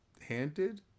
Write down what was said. handed